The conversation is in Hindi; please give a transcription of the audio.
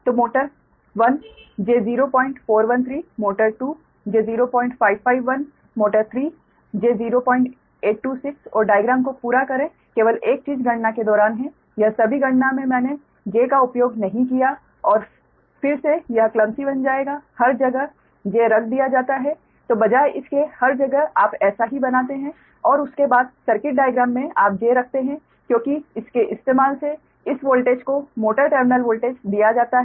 तो motor 1 j0413 motor 2 j0551 motor 3 j0826 और डाइग्राम को पूरा करें केवल एक चीज गणना के दौरान है यह सभी गणना मे मैंने 'j' का उपयोग नहीं किया और फिर से यह क्लमसी बन जाएगा हर जगह 'j' रख दिया जाता है तो बजाय इसके हर जगह आप एसा ही बनाते हैं और उसके बाद सर्किट डाइग्राम में आप 'j' रखते हैं क्योंकि इसके इस्तेमाल से इस वोल्टेज को मोटर टर्मिनल वोल्टेज दिया जाता है